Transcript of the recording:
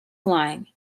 flying